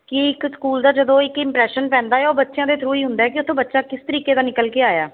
ਕਿ ਇੱਕ ਸਕੂਲ ਦਾ ਜਦੋਂ ਇੱਕ ਇਮਪਰੈਸ਼ਨ ਪੈਂਦਾ ਉਹ ਬੱਚਿਆਂ ਦੇ ਥਰੂ ਹੀ ਹੁੰਦਾ ਬੱਚਾ ਕਿਸ ਤਰੀਕੇ ਦਾ ਨਿਕਲ ਕੇ ਆਇਆ